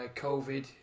COVID